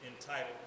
entitled